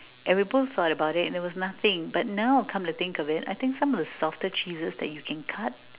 and we both thought about it and it was nothing but now I've come to think of it I think some of the softer cheeses that you can cut